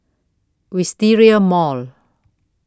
Wisteria Mall